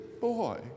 boy